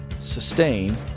sustain